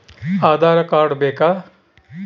Aadhaar card ಬೇಕಾ?